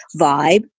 vibe